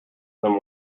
them